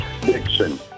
Dixon